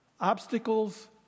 obstacles